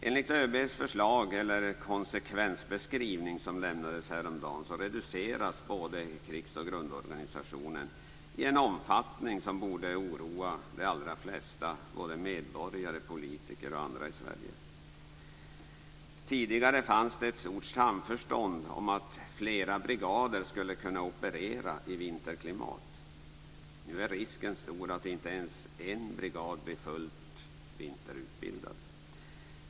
Enligt ÖB:s förslag/konsekvensbeskrivning, som lämnades häromdagen, reduceras både krigs och grundorganisationen i en omfattning som borde oroa de allra flesta medborgare, politiker och andra i Sverige. Tidigare fanns det ett stort samförstånd om att flera brigader skulle kunna operera i vinterklimat. Nu är risken stor att inte ens en brigad blir fullt vinterutbildad.